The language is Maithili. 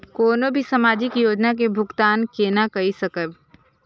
कोनो भी सामाजिक योजना के भुगतान केना कई सकब?